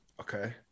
Okay